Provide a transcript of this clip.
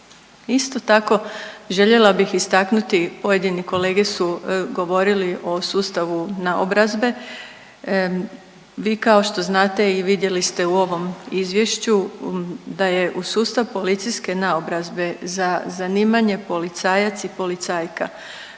Isto tako željela bih istaknuti pojedini kolege su govorili o sustavu naobrazbe, vi kao što znate i vidjeli ste u ovom izvješću da je u sustav policijske naobrazbe za zanimanje policajac i policajka